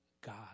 God